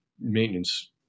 maintenance